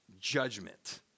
judgment